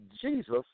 Jesus